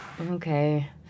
okay